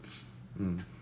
um